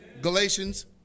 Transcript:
Galatians